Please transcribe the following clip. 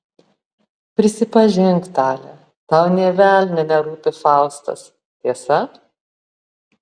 prisipažink tale tau nė velnio nerūpi faustas tiesa